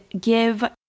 give